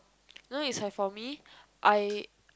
no is have for me I